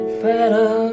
better